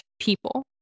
people